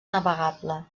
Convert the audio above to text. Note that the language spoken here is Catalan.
navegable